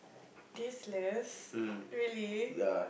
tasteless really